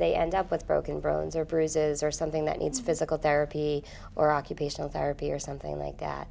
they end up with broken bones or bruises or something that needs physical therapy or occupational therapy or something like that